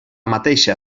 mateixa